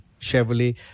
Chevrolet